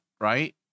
right